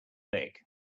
mick